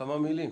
כמה מילים.